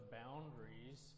boundaries